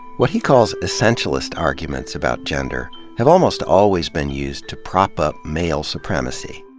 what he calls essentialist arguments about gender have almost always been used to prop up male supremacy.